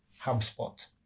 HubSpot